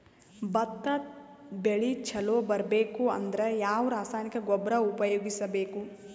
ಭತ್ತ ಬೆಳಿ ಚಲೋ ಬರಬೇಕು ಅಂದ್ರ ಯಾವ ರಾಸಾಯನಿಕ ಗೊಬ್ಬರ ಉಪಯೋಗಿಸ ಬೇಕು?